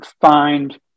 find